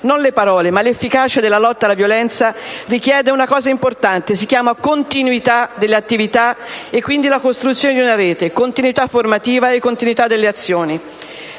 non le parole, della lotta alla violenza richiede una cosa importante, che si chiama continuità delle attività e la costruzione di una rete, continuità formativa e continuità delle azioni.